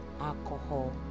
alcohol